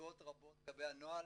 השגות רבות לגבי הנוהל,